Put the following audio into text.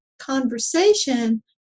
Conversation